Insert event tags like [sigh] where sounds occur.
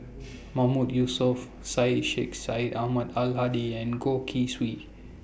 [noise] Mahmood Yusof Syed Sheikh Syed Ahmad Al Hadi and Goh Keng Swee